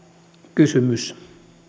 kysymys